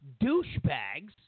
douchebags